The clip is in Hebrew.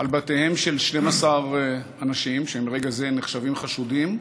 על בתיהם של 12 אנשים, שברגע זה הם נחשבים חשודים,